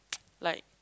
like